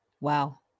Wow